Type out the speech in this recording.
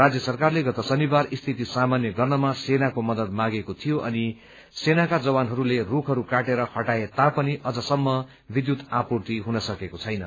राज्य सरकारले गत शनिबार स्थिति सामान्य गर्नमा सेनाको मदत मागेको थियो अनि सेनाका जवानहरूले रूखहरू काटेर हटाए तापनि अझसम्म विद्यूत आपूर्ति हुन सकेको छैन